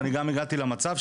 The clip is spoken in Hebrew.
ואני גם הגעתי למצב,